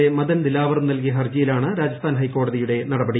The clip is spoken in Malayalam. എ മദൻ ദിലാവറും നൽകിയ ഹർജിയിലാണ് രാജസ്ഥാൻ ഹൈക്കോടതിയുടെ നടപടി